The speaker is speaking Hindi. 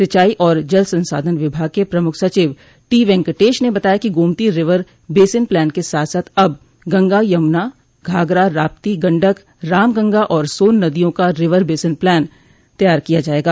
सिंचाई और जल संसाधन विभाग के प्रमुख सचिव टीवेंकटेश ने बताया कि गोमती रिवर बेसिन प्लान के साथ साथ अब गंगा यमुना घाघरा राप्ती गंडक रामगंगा और सोन नदियों का रिवर बेसिन प्लान तैयार किया जायेगा